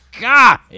God